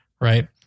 Right